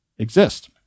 exist